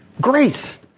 grace